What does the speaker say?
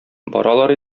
баралар